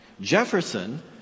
Jefferson